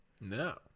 no